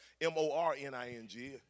M-O-R-N-I-N-G